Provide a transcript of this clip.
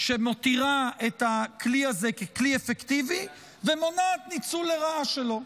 שמותירה את הכלי הזה ככלי אפקטיבי ומונעת ניצול לרעה שלו.